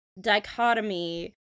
dichotomy